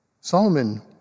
Solomon